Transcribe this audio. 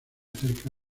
cerca